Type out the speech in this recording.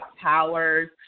powers